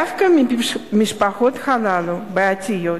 דווקא במשפחות הללו, הבעייתיות,